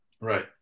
right